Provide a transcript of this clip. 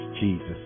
Jesus